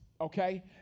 okay